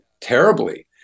terribly